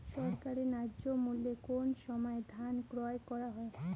সরকারি ন্যায্য মূল্যে কোন সময় ধান ক্রয় করা হয়?